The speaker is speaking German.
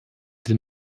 den